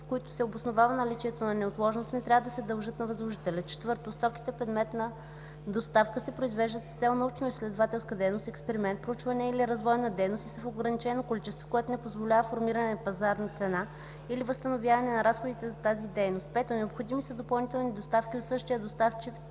с които се обосновава наличието на неотложност, не трябва да се дължат на възложителя; 4. стоките, предмет на доставка, се произвеждат с цел научноизследователска дейност, експеримент, проучване или развойна дейност и са в ограничено количество, което не позволява формиране на пазарна цена или възстановяване на разходите за тази дейност; 5. необходими са допълнителни доставки от същия доставчик,